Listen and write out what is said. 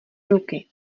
ruky